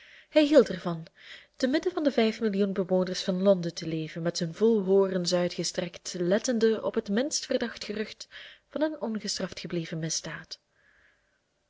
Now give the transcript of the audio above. hij hield er van te midden van de vijf millioen bewoners van londen te leven met zijn voelhorens uitgestrekt lettende op het minst verdacht gerucht van een ongestraft gebleven misdaad